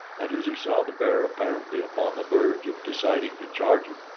and as he saw the bear apparently upon the verge of deciding to charge him,